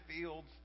fields